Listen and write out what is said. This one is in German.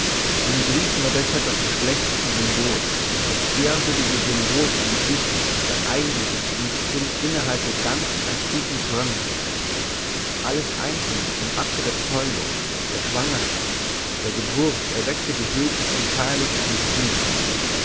den griechen war deshalb das geschlechtliche symbol das ehrwürdige symbol an sich der eigentliche tiefsinn innerhalb der ganzen antiken frömmigkeit alles einzelne im akte der zeugung der schwangerschaft der geburt erweckte die höchsten und feierlichsten gefühle